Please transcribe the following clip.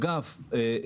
אגב,